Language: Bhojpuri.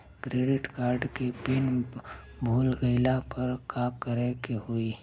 क्रेडिट कार्ड के पिन भूल गईला पर का करे के होई?